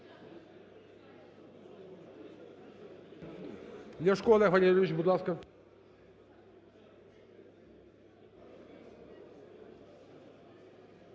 Дякую.